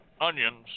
onions